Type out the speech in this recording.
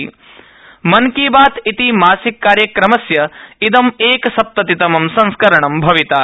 मन की बात इति मासिक कार्यक्रमस्य इदं एकसप्ततितमं संस्करणं भविता